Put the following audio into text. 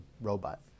robot